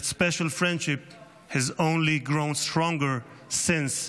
That special friendship has only grown stronger since.